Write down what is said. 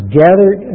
gathered